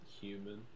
human